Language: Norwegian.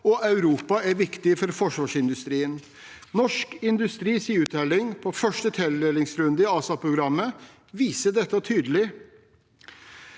og Europa er viktig for forsvarsindustrien. Norsk industris uttelling på første tildelingsrunde i ASAP-programmet viser dette tydelig.